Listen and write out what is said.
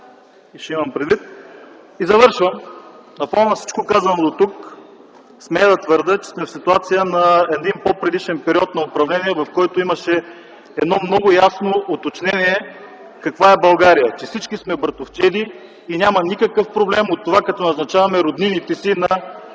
Ще имам предвид. И завършвам. На фона на всичко казано дотук смея да твърдя, че сме в ситуация на един по-предишен период на управление. В него имаше едно много ясно уточнение каква е България, че всички сме братовчеди и няма никакъв проблем от това като назначаваме роднините си на